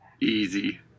Easy